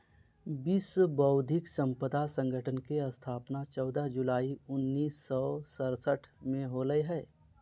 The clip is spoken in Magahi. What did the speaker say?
विश्व बौद्धिक संपदा संगठन के स्थापना चौदह जुलाई उननिस सो सरसठ में होलय हइ